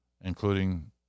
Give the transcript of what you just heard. including